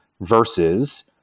versus